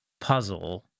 puzzle